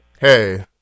Hey